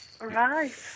Right